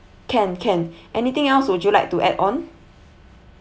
can can anything else would you like to add on